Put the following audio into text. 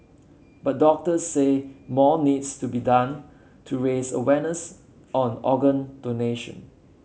but doctors say more needs to be done to raise awareness on organ donation